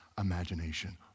imagination